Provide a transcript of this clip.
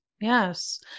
Yes